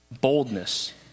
boldness